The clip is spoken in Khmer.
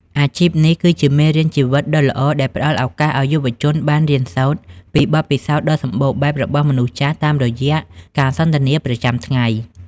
អាជីពនេះគឺជាមេរៀនជីវិតដ៏ល្អដែលផ្តល់ឱកាសឱ្យយុវជនបានរៀនសូត្រពីបទពិសោធន៍ដ៏សម្បូរបែបរបស់មនុស្សចាស់តាមរយៈការសន្ទនាប្រចាំថ្ងៃ។